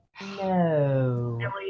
No